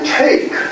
take